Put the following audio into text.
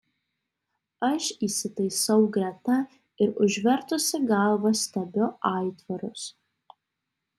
aš įsitaisau greta ir užvertusi galvą stebiu aitvarus